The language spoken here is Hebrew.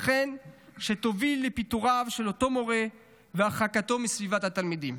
ייתכן שתוביל לפיטוריו של אותו מורה והרחקתו מסביבת התלמידים.